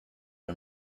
her